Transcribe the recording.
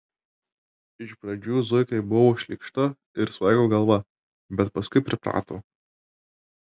iš pradžių zuikai buvo šlykštu ir svaigo galva bet paskui priprato